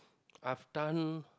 I've done